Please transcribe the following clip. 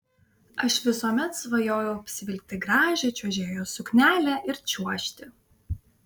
aš visuomet svajojau apsivilkti gražią čiuožėjos suknelę ir čiuožti